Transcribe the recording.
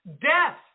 Death